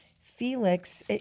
Felix